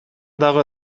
дагы